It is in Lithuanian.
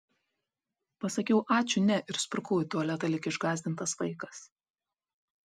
pasakiau ačiū ne ir sprukau į tualetą lyg išgąsdintas vaikas